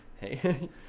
Hey